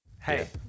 Hey